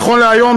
נכון להיום,